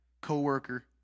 co-worker